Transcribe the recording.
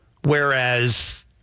Whereas